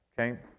Okay